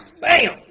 bam